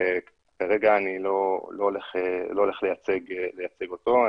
וכרגע אני לא הולך לייצג אותו.